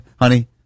Honey